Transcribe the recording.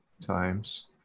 times